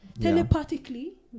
telepathically